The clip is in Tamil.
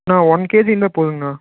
அண்ணா ஒன் கேஜி இருந்தால் போதுங்கண்ணா